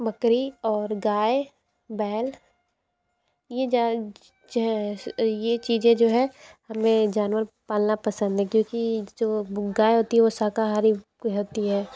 बकरी और गाय बैल ये ये चीज़ें जो हैं हमें जानवर पालना पसंद है क्योंकि जो गाय होती है वो शाकाहारी होती है